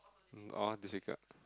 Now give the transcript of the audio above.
um all difficult